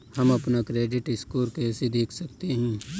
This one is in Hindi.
हम अपना क्रेडिट स्कोर कैसे देख सकते हैं?